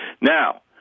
Now